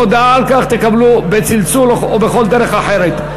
הודעה על כך תקבלו בצלצול או בכל דרך אחרת.